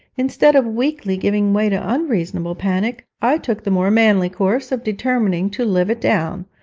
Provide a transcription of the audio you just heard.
instead of weakly giving way to unreasonable panic, i took the more manly course of determining to live it down,